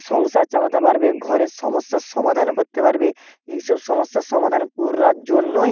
সংসার চালাতে পারবে ঘরের সমস্যার সমাধান করতে পারবে এইসব সমস্যার সমাধান করার জন্যই